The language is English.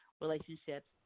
relationships